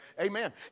Amen